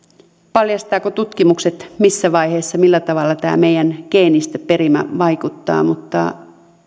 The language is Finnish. paljastavatko tutkimukset missä vaiheessa ja millä tavalla tämä meidän geenistö perimä vaikuttaa mutta